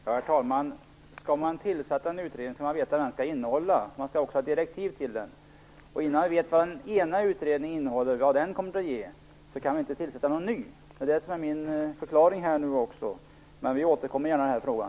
Herr talman! Om man skall tillsätta en utredning, skall man veta vad den skall innehålla, och den skall ha direktiv. Innan vi vet vad den ena utredningen innehåller och vad den kommer fram till, kan vi inte tillsätta någon ny utredning. Detta är min förklaring. Men jag återkommer gärna i frågan.